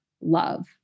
love